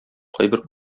кайбер